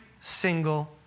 single